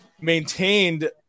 maintained